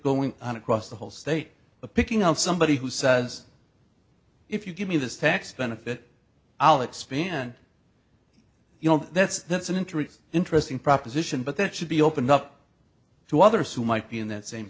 going on across the whole state of picking on somebody who says if you give me this tax benefit i'll expand you know that's that's an interesting interesting proposition but that should be opened up to others who might be in that same